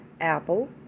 Apple